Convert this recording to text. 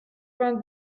vingt